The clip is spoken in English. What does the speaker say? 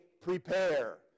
prepare